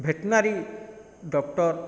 veterinary doctor